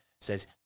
says